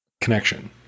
connection